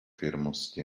vědomosti